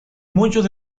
muchos